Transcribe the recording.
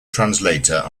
translator